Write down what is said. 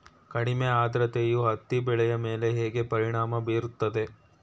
ಕಡಿಮೆ ಆದ್ರತೆಯು ಹತ್ತಿ ಬೆಳೆಯ ಮೇಲೆ ಹೇಗೆ ಪರಿಣಾಮ ಬೀರುತ್ತದೆ?